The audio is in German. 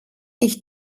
ich